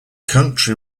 country